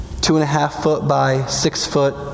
two-and-a-half-foot-by-six-foot